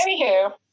anywho